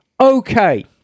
okay